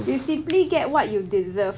you simply get what you deserve